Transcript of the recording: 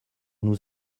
nous